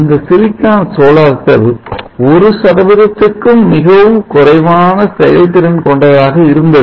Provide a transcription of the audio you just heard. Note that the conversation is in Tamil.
இந்த சிலிக்கான் சோலார் செல் ஒரு சதவீதத்துக்கும் மிகவும் குறைவான செயல்திறன் கொண்டதாக இருந்தது